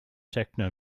techno